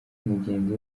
mugenzi